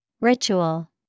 Ritual